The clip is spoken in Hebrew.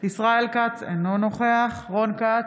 ישראל כץ, אינו נוכח רון כץ,